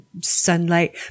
sunlight